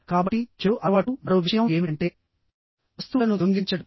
కాబట్టి చెడు అలవాటు మరో విషయం ఏమిటంటే వస్తువులను దొంగిలించడం